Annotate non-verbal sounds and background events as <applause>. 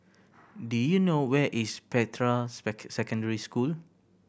do you know where is Spectra <unintelligible> Secondary School